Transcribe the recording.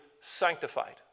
sanctified